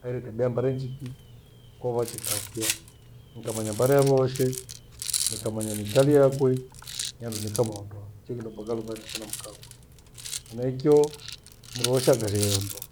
Hare tabia mbare njiki, kova njika kwiya. Nikamanya mbare yavowoshe ni kamanya miikalie yakwi nyandu nikamuondoa, chio kindo mpaka kuvaha nika na mkawi. Henachio mruwoshe akashigha io ndoa,